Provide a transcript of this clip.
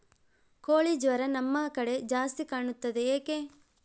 ಕೋಳಿ ಜ್ವರ ನಮ್ಮ ಕಡೆ ಜಾಸ್ತಿ ಕಾಣುತ್ತದೆ ಏಕೆ?